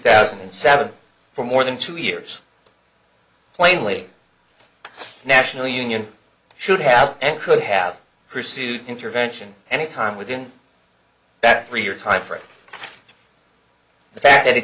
thousand and seven for more than two years plainly the national union should have and could have pursued intervention any time within that three year time frame the fact that